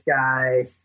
guy